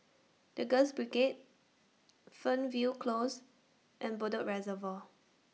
The Girls Brigade Fernvale Close and Bedok Reservoir